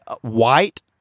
white